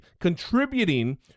contributing